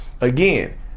again